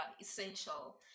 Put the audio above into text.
essential